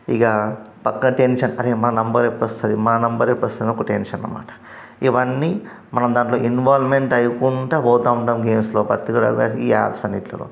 ఇక పక్కా టెన్షన్ అరె మా నెంబర్ ఎప్పుడు వస్తుంది మా నెంబర్ ఎప్పుడు వస్తుంది అని ఒక టెన్షన్ అన్నమాట ఇవన్నీ మనం దాంట్లో ఇన్వాల్వ్మెంట్ అవుకుంటు పోతు ఉంటాం గేమ్స్లో పర్టికులర్గా ఈ యాప్స్ అన్నింటిలో